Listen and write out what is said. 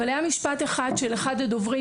והיה משפט של אחד הדוברים,